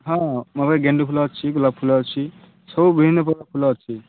ହଁ ମୋ ପାଖରେ ଗେଣ୍ଡୁ ଫୁଲ ଅଛି ଗୋଲାପ ଫୁଲ ଅଛି ସବୁ ବିଭିନ୍ନ ପ୍ରକାର ଫୁଲ ଅଛି